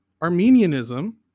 Armenianism